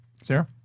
Sarah